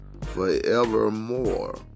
forevermore